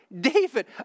David